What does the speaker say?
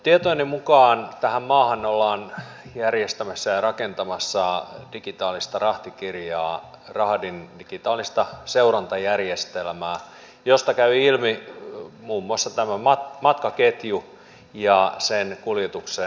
tietojeni mukaan tähän maahan ollaan järjestämässä ja rakentamassa digitaalista rahtikirjaa rahdin digitaalista seurantajärjestelmää josta käy ilmi muun muassa tämä matkaketju ja sen kuljetuksen hiilijalanjälki